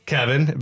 Kevin